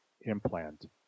implant